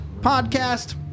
podcast